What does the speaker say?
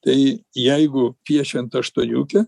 tai jeigu piešiant aštuoniukę